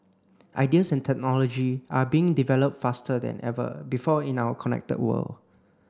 ideas and technology are being developed faster than ever before in our connected world